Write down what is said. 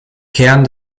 kern